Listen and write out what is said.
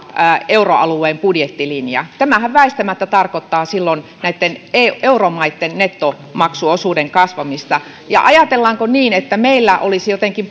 euroalueen budjettilinja tämähän väistämättä tarkoittaa silloin näitten euromaitten nettomaksuosuuden kasvamista ja ajatellaanko niin että meillä olisi jotenkin